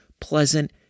pleasant